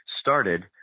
started